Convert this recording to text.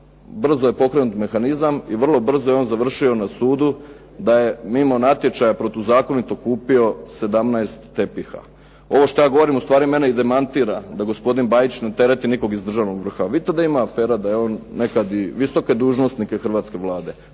brzo je pokrenut mehanizam i vrlo brzo je on završio na sudu da je mimo natječaja protuzakonito kupio 17 tepiha. Ovo što ja govorim u stvari mene i demantira da gospodin Bajić ne tereti nikog iz državnog vrha. Vidite da ima afera, da je on nekad i visoke dužnosnike hrvatske Vlade.